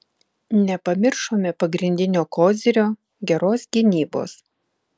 nepamiršome pagrindinio kozirio geros gynybos